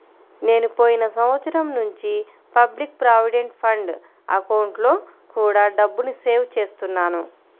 నేను పోయిన సంవత్సరం నుంచి పబ్లిక్ ప్రావిడెంట్ ఫండ్ అకౌంట్లో కూడా డబ్బుని సేవ్ చేస్తున్నాను